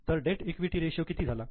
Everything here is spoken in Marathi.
तर डेट ईक्विटी रेशियो किती झाला